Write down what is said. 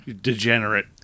degenerate